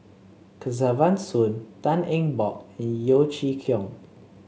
Kesavan Soon Tan Eng Bock and Yeo Chee Kiong